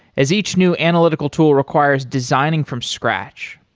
as each new analytical tool requires designing from scratch.